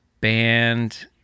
band